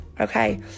okay